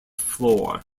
floor